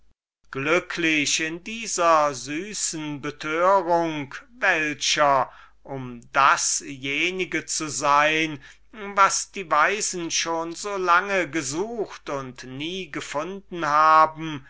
suo glücklich in dieser süßen betörung welcher um dasjenige zu sein was die weisen schon so lange gesucht und nie gefunden haben